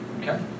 okay